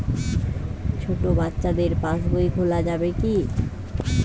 ছোট বাচ্চাদের পাশবই খোলা যাবে কি?